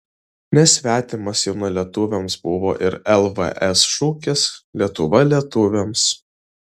nesvetimas jaunalietuviams buvo ir lvs šūkis lietuva lietuviams